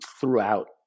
throughout